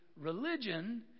Religion